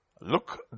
Look